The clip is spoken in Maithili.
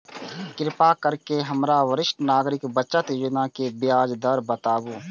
कृपा करके हमरा वरिष्ठ नागरिक बचत योजना के ब्याज दर बताबू